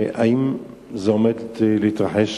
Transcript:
האם זה עומד להתרחש